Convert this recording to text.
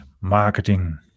marketing